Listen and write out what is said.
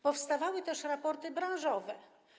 Powstawały też raporty branżowe.